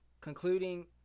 Concluding